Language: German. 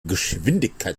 geschwindigkeit